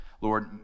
Lord